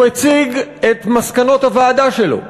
הוא הציג את מסקנות הוועדה שלו.